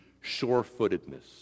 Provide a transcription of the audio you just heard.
sure-footedness